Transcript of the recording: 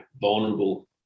vulnerable